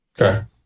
Okay